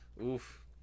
Oof